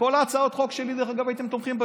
בכל הצעות החוק שלי, דרך אגב, הייתם תומכים,